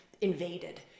invaded